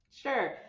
Sure